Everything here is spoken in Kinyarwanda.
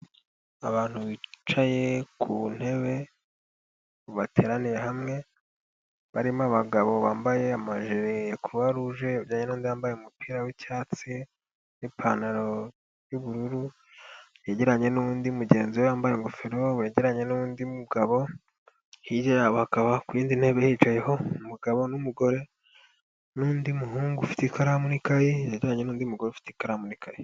Abantu bicaye ku ntebe bateraniye hamwe barimo abagabo bambaye amajire ya croix rouge begeranye n'undi wambaye umupira w'icyatsi n'ipantaro y'ubururu yegeranye n'undi mugenziwe wambaye ingoferobo wegeranye n'undi mugabo hirya yabo hakaba ku yindi ntebe hicayeho umugabo n'umugore n'undi muhungu ufite ikaramu n'ikayi yegeranye n'undi mugore ufite ikaramu n'ikaye.